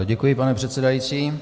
Děkuji, pane předsedající.